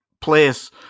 place